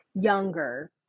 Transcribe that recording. younger